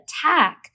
attack